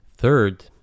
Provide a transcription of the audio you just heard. Third